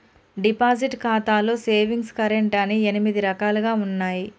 deposit ఖాతాలో savings current అని ఎనిమిది రకాలుగా ఉన్నయి